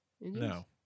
No